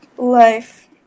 life